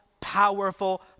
powerful